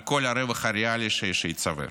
על כל הרווח הריאלי שייצבר.